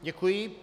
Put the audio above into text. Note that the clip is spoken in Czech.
Děkuji.